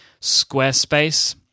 Squarespace